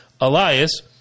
Elias